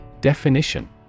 Definition